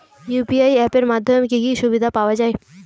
UPI app এর মাধ্যমে কি কি সুবিধা পাওয়া যায়?